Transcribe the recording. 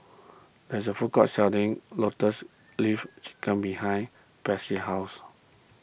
there is a food court selling Lotus Leaf Chicken behind Patsy's house